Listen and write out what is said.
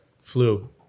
flu